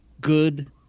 Good